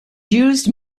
used